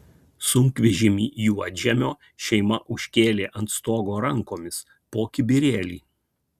sunkvežimį juodžemio šeima užkėlė ant stogo rankomis po kibirėlį